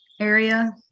area